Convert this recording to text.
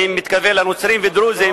אני מתכוון לנוצרים ודרוזים,